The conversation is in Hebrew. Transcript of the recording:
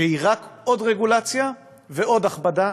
שהיא רק עוד רגולציה ועוד הכבדה,